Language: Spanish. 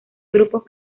grupos